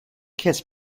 kiss